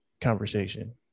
conversation